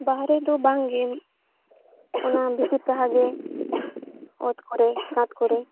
ᱵᱟᱨᱦᱮ ᱫᱚ ᱵᱟᱝᱜᱮ ᱚᱱᱟ ᱵᱷᱤᱛᱤᱨ ᱥᱟᱦᱟᱜᱮ ᱚᱛ ᱠᱚᱨᱮ ᱠᱟᱸᱛ ᱠᱚᱨᱮ